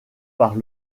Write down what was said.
par